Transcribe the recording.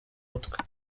mitwe